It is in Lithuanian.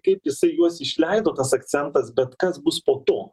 kaip jisai juos išleido tas akcentas bet kas bus po to